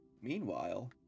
Meanwhile